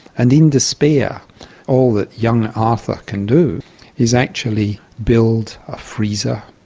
and in despair all that young arthur can do is actually build a freezer,